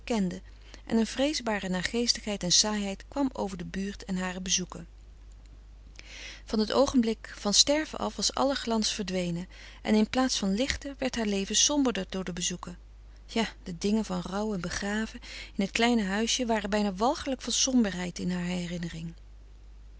en een vreesbare naargeestigheid en saaiheid kwam over de buurt en hare bezoeken van het oogenfrederik van eeden van de koele meren des doods blik van sterven af was alle glans verdwenen en in plaats van lichter werd haar leven somberder door de bezoeken ja de dingen van rouw en begraven in het kleine huisje waren bijna walgelijk van somberheid in haar herinnering